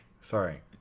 sorry